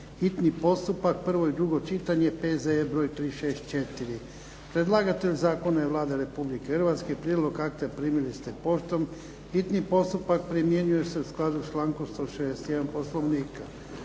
hitni postupak, prvo i drugo čitanje, P.Z.E. br. 364 Predlagatelj zakona je Vlada Republike Hrvatske. Prijedlog akta primili ste poštom. Hitni postupak primjenjuje se u skladu s člankom 161. Poslovnika.